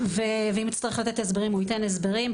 ואם הוא יצטרך לתת הסברים הוא ייתן הסברים.